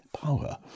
power